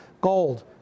gold